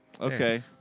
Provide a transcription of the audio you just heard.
Okay